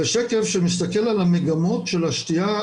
זה שקף שמסתכל על המגמות של השתייה,